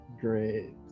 Great